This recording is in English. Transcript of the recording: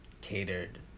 catered